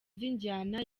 z’injyana